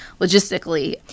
logistically